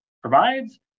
provides